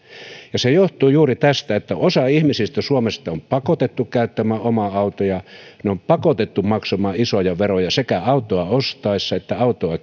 ja se johtuu juuri tästä että osa ihmisistä suomessa on pakotettu käyttämään omaa autoa heidät on pakotettu maksamaan isoja veroja sekä autoa ostettaessa että autoa